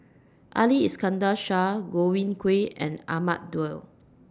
Ali Iskandar Shah Godwin Koay and Ahmad Daud